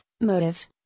motive